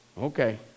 Okay